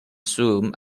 soon